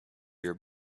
your